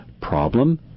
Problem